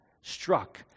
struck